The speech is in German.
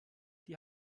die